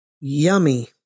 Yummy